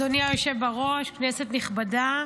אדוני היושב בראש, כנסת נכבדה,